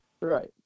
Right